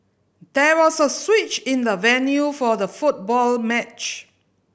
there was a switch in the venue for the football match